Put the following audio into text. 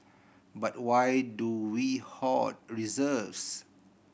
but why do we hoard reserves